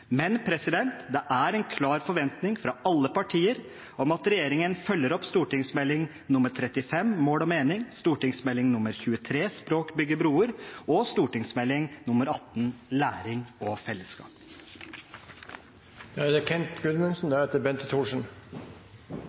Men det er en klar forventning fra alle partier om at regjeringen følger opp St.meld. nr. 35 for 2007–2008, Mål og meining, St.meld. nr. 23 for 2007–2008, Språk bygger broer, og Meld. St. 18 for 2010–2011, Læring og